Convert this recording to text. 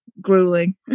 grueling